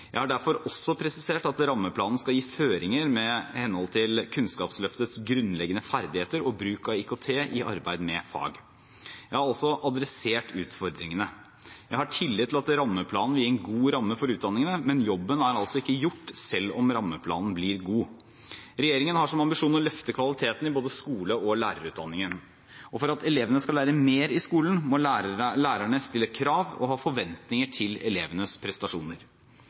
Jeg har derfor også presisert at rammeplanen skal gi føringer i henhold til Kunnskapsløftets grunnleggende ferdigheter og bruk av IKT i arbeid med fag. Jeg har altså adressert utfordringene. Jeg har tillit til at rammeplanen vil gi en god ramme for utdanningene. Men jobben er ikke gjort selv om rammeplanen blir god. Regjeringen har som ambisjon å løfte kvaliteten i både skolen og lærerutdanningen, og for at elevene skal lære mer i skolen, må lærerne stille krav og ha forventninger til elevenes prestasjoner.